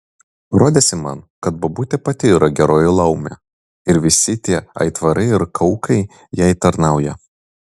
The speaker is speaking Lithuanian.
rodėsi man kad bobutė pati yra geroji laumė ir visi tie aitvarai ir kaukai jai tarnauja